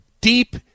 deep